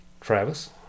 Travis